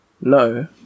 no